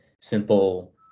simple